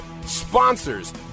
sponsors